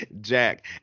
Jack